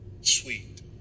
sweet